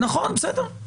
נכון, בסדר.